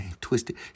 twisted